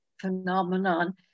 phenomenon